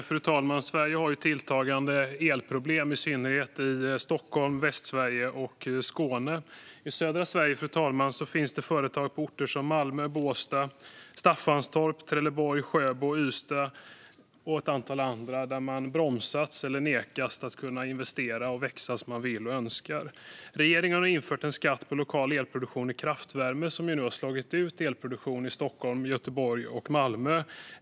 Fru talman! Sverige har tilltagande elproblem, i synnerhet i Stockholm, Västsverige och Skåne. I södra Sverige, fru talman, finns det företag som bromsats eller nekats att investera och växa som de vill och önskar. Det har skett i Malmö, Båstad, Staffanstorp, Trelleborg, Sjöbo, Ystad och ett antal andra orter. Regeringen har infört en skatt på lokal elproduktion från kraftvärme. Detta har nu slagit ut elproduktion i Stockholm, Göteborg och Malmö.